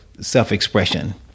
self-expression